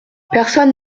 personne